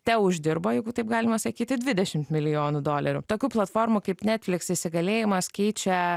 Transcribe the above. teuždirbo jeigu taip galima sakyti dvidešimt milijonų dolerių tokių platformų kaip netflix įsigalėjimas keičia